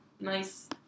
nice